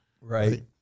Right